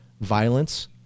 violence